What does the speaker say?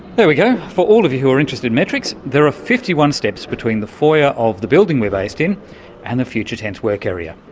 there we go, for all of you who are into metrics, there are fifty one steps between the foyer of the building we're based in and the future tense work area.